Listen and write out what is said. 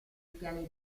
piani